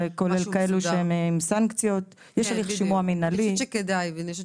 יש הליך שימוע מינהלי, יש לשכות